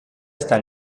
está